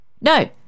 No